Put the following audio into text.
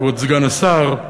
כבוד סגן השר.